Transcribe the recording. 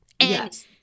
Yes